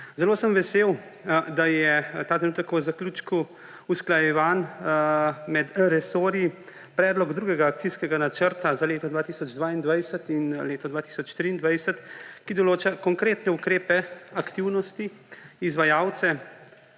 Zelo sem vesel, da je ta trenutek v zaključku usklajevanj med resorji predlog drugega Akcijskega načrta za leto 2022 in leto 2023, ki določa konkretne ukrepe: aktivnosti, izvajalce,